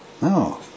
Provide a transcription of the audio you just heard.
No